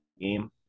game